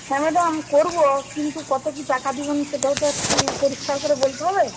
হ্যাঁ ম্যাডাম করব কিন্তু কত কি টাকা দেবেন সেটাও তো একটু পরিষ্কার করে বলতে হবে